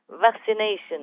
vaccination